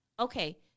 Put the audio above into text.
Okay